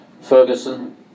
Ferguson